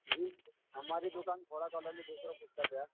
جی ہماری دُکان کھوڑا کالونی دوسرے پشتہ پہ ہے